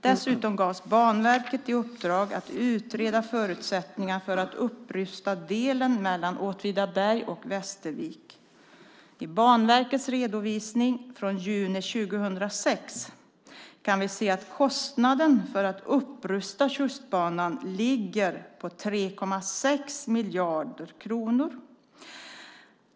Dessutom gavs Banverket i uppdrag att utreda förutsättningarna för att upprusta delen mellan Åtvidaberg och Västervik. I Banverkets redovisning från juni 2006 kan vi se att kostnaden för att upprusta Tjustbanan ligger på 3,6 miljarder kronor.